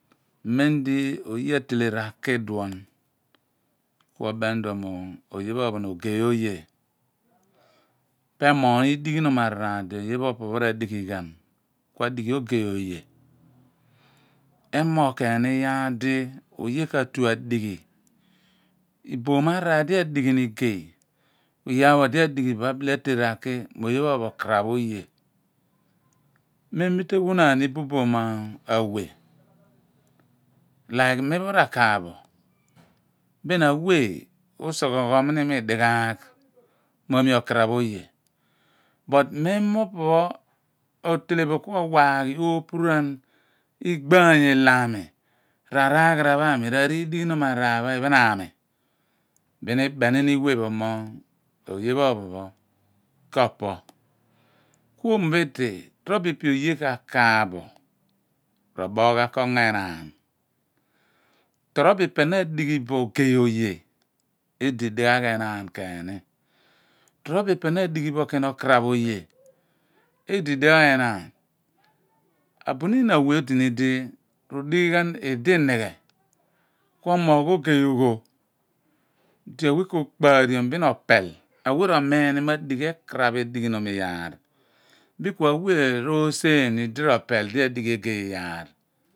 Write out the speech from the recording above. Meindi oye ataele raki idoun kue bem mio oye pho opon ogey oye po emogh ni idighi nom araar di oye pho radighigan pho a di ghi ogey oye emoogh keeny iyaar di oye katue adighi iboom araar di adighi ni igey kua beehe atan raki mo oye pho opho mo krap oye memitea ghu naan ni buboom awea like me pho rakaaph bo biin awe usur gho ghom ni imi dighaag mo mi okarap oye but men mo opo pho orele bo awaghi opur uan lgbaay iloomi raar raghara pho ami bin ibenini we pho mo oye pho op mo ko po ku omo phi di trobo ipe oye kakaph bo ro booghan kongo enaan trobo ipe na adighi bo ogey oye edikeyni di ghaagh enaan tro bo iphe ma adighibo okraph oye edidighaagh enaan abunin awe odini di odighan idi inighe kuo moogh ogey ugho di awe ro mirni ma dighi ekraph iyaar kua wea roseph ni di ropel oh a dighi egey iyaar